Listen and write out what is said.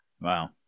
Wow